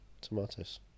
tomatoes